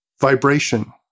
vibration